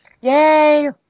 yay